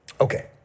Okay